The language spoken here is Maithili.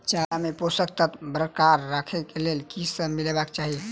चारा मे पोसक तत्व बरकरार राखै लेल की सब मिलेबाक चाहि?